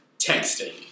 texting